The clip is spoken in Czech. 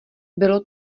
bylo